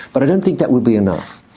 but i don't think that would be enough.